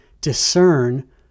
discern